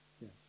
Yes